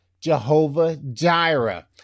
Jehovah-Jireh